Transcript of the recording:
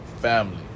family